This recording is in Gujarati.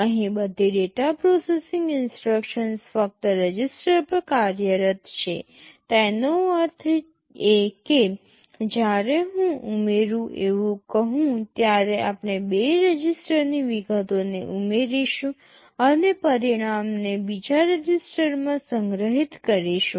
અહીં બધી ડેટા પ્રોસેસિંગ ઇન્સટ્રક્શન્સ ફક્ત રજિસ્ટર પર કાર્યરત છે તેનો અર્થ એ કે જ્યારે હું ઉમેરું એવું કહું ત્યારે આપણે બે રજિસ્ટરની વિગતોને ઉમેરીશું અને પરિણામને બીજા રજિસ્ટરમાં સંગ્રહિત કરીશું